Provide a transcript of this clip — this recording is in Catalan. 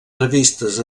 revistes